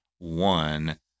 one